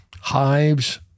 hives